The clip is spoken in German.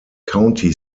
county